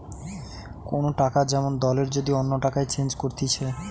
কোন টাকা যেমন দলের যদি অন্য টাকায় চেঞ্জ করতিছে